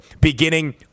beginning